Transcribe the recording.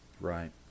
Right